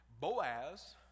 Boaz